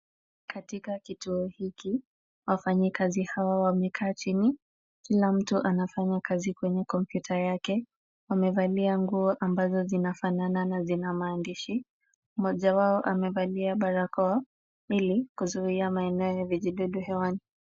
Katika kituo hiki, wafanyikazi hawa wamekaa chini, kila mtu anafanya kazi kwenye kompyuta yake, wamevalia nguo ambazo zinafanana na zina maandishi, mmoja wao amevalia barakoa ili kuzuia maeneo ya vijidudu hewani.